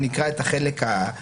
אני אקריא את החלק הנורמטיבי,